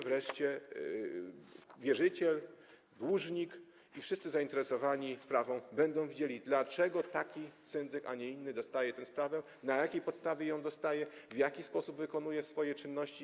Wreszcie wierzyciel, dłużnik i wszyscy zainteresowani sprawą będą wiedzieli, dlaczego taki syndyk, a nie inny, dostaje daną sprawę, na jakiej podstawie ją dostaje i w jaki sposób wykonuje swoje czynności.